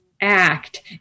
act